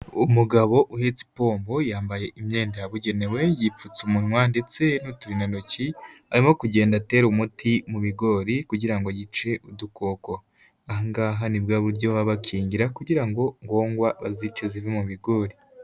Umugabo uhetse ipombo yambaye imyenda yabugenewe, yipfutse umunwa ndetse n'uturindantoki, arimo kugenda atera umuti mu bigori kugira ngo yice udukoko, aha ngaha ni bwa buryo baba bakingira kugira ngo ngongwa bazice zive mu bigori.